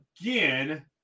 again